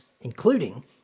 including